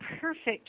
perfect